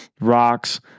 rocks